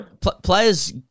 players